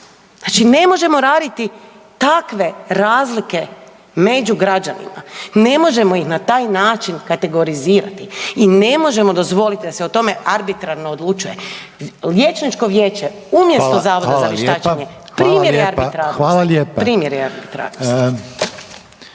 Znači ne možemo raditi takve razlike među građanima, ne možemo ih na taj način kategorizirati i ne možemo dozvoliti da se o tome arbitrarno odlučuje. Liječničko vijeće umjesto Zavoda za vještačenje …/Upadica: